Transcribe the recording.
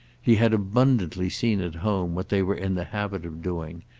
he had abundantly seen at home what they were in the habit of doing,